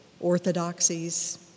orthodoxies